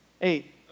eight